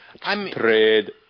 Trade